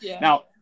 Now